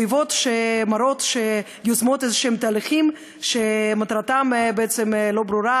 שיוזמות תהליכים כלשהם שמטרתם לא ברורה,